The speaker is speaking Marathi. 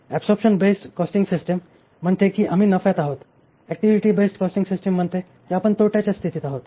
ऍबसॉरबशन बेस्डकॉस्टिंग सिस्टम म्हणते की आम्ही नफ्यात आहोत ऍक्टिव्हिटी बेस्ड सिस्टम म्हणते की आपण तोट्याच्या स्थितीत आहोत